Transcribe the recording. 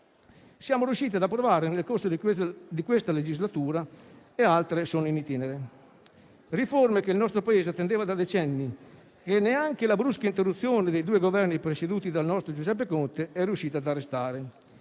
siamo riusciti ad approvare nelle corso di questa legislatura, mentre altre sono *in itinere*. Il nostro Paese attendeva tali riforme da decenni e neanche la brusca interruzione dei due Governi presieduti dal nostro Giuseppe Conte è riuscita ad arrestarle.